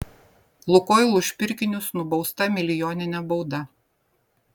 lukoil už pirkinius nubausta milijonine bauda